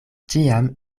ĉiam